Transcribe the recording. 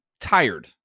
tired